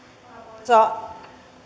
arvoisa